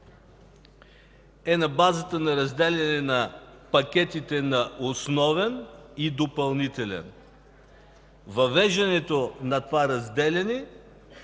е на базата на разделяне на пакетите на основен и допълнителен. Въвеждането на това разделяне